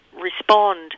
respond